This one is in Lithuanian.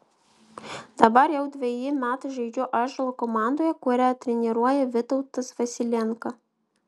dabar jau dveji metai žaidžiu ąžuolo komandoje kurią treniruoja vytautas vasilenka